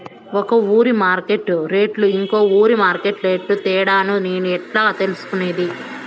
ఒక ఊరి మార్కెట్ రేట్లు ఇంకో ఊరి మార్కెట్ రేట్లు తేడాను నేను ఎట్లా తెలుసుకునేది?